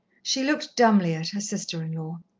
she looked dumbly at her sister-in-law.